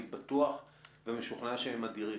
אני בטוח ומשוכנע שהם אדירים.